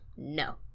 No